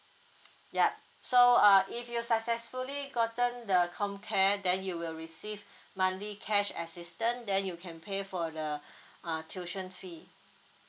ya so uh if you successfully gotten the comcare then you will receive monthly cash assistance then you can pay for the uh tuition fee